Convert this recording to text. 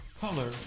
color